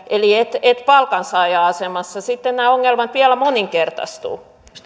eli et et palkansaaja asemassa sitten nämä ongelmat vielä moninkertaistuvat